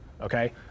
okay